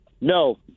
no